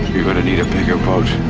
you're gonna need a bigger boat.